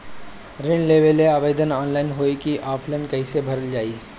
ऋण लेवेला आवेदन ऑनलाइन होई की ऑफलाइन कइसे भरल जाई?